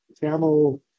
camel